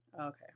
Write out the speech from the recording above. Okay